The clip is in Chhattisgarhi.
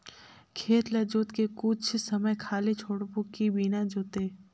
खेत ल जोत के कुछ समय खाली छोड़बो कि बिना जोते?